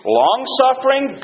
long-suffering